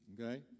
okay